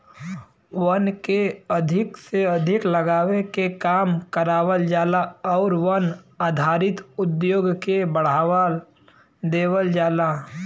वन के अधिक से अधिक लगावे के काम करावल जाला आउर वन आधारित उद्योग के बढ़ावा देवल जाला